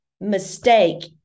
mistake